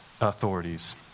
authorities